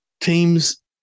teams